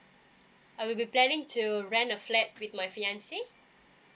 I will be planning to rent a flat with my fiance